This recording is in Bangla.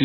I